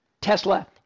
Tesla